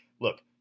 Look